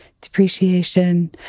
depreciation